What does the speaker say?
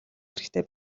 хэрэгтэй